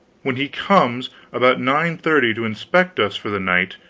when he comes about nine-thirty to inspect us for the night,